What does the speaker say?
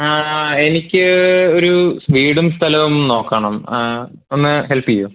ആ എനിക്ക് ഒരു വീടും സ്ഥലവും നോക്കണം ആ ഒന്ന് ഹെല്പ് ചെയ്യുവോ